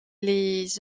les